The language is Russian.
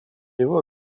его